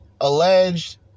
alleged